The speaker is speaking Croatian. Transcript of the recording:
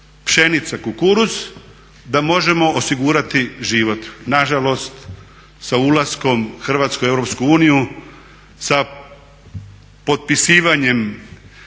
pšenica, kukuruz da možemo osigurati život. Nažalost sa ulaskom Hrvatske u Europsku uniju, sa potpisivanjem